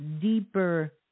deeper